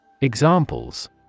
Examples